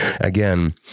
again